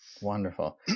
Wonderful